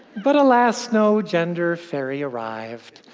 but alas, no gender fairy arrived,